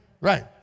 Right